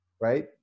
Right